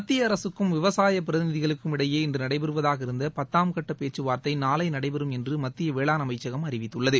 மத்திய அரகக்கும் விவசாய பிரதிநிகளுக்கும் இடையே இன்று நடைபெறுவதாக இருந்த பத்தாம் கட்ட பேச்சுவார்த்தை நாளை நடைபெறும் என்று மத்திய வேளாண்துறை அமைச்சகம் அறிவித்துள்ளது